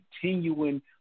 continuing